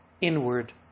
inward